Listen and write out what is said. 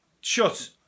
shut